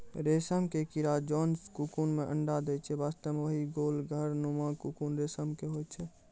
रेशम के कीड़ा जोन ककून मॅ अंडा दै छै वास्तव म वही गोल घर नुमा ककून रेशम के होय छै